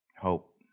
hope